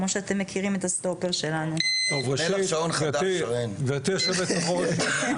גבירתי יושבת-הראש,